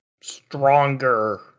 stronger